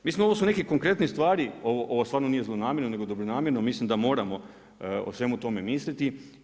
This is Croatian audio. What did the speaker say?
Mislim ovo su neke konkretne stvari, ovo stvarno nije zlonamjerno, nego dobronamjerno, mislim da moramo o svemu tome misliti.